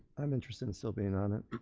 i'm interested in still being on it.